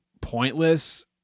pointless